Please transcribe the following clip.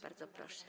Bardzo proszę.